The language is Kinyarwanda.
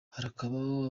harakabaho